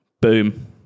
Boom